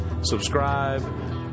subscribe